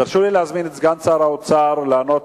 תרשו לי להזמין את סגן שר האוצר לענות